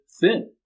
thin